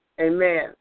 Amen